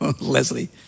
Leslie